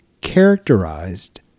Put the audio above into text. characterized